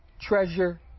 treasure